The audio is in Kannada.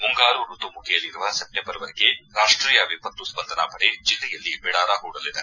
ಮುಂಗಾರು ಋತು ಮುಗಿಯಲಿರುವ ಸೆಪ್ಟೆಂಬರ್ವರೆಗೆ ರಾಷ್ಷೀಯ ವಿಪತ್ತು ಸ್ವಂದನಾ ಪಡೆ ಜಿಲ್ಲೆಯಲ್ಲಿ ಬಿಡಾರ ಹೂಡಲಿದೆ